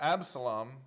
Absalom